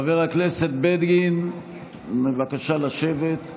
חבר הכנסת בגין, בבקשה לשבת.